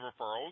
referrals